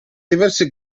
diversi